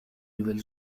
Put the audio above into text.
nouvelle